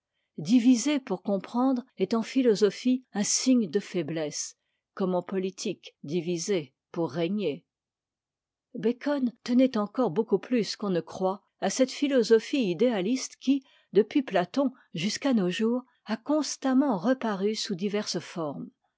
diviser pour comprendre est en philosophie un signe de faiblesse comme en politique diviser pour régner bacon tenait encore beaucoup plus'qu'on ne croit à cette philosophie idéaliste qui depuis platon jusqu'à nos jours a constamment reparu sous diverses formes